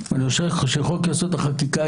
אני חושב שחוק יסוד: החקיקה,